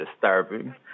disturbing